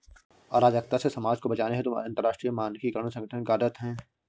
अराजकता से समाज को बचाने हेतु अंतरराष्ट्रीय मानकीकरण संगठन कार्यरत है